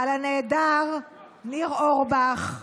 על הנעדר ניר אורבך,